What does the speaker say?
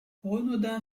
renaudin